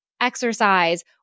exercise